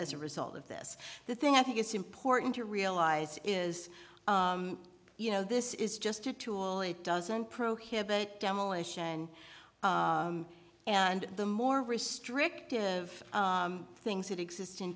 as a result of this the thing i think it's important to realize is you know this is just a tool it doesn't prohibit demolition and the more restrictive things that exist in